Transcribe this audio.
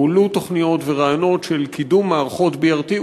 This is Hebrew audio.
הועלו תוכניות ורעיונות של קידום מערכות BRT,